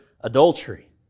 adultery